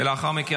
אם כך,